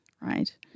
right